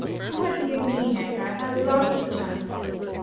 what do you mean, edgar? i've had lots of chances.